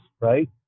right